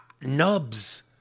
nubs